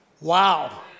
Wow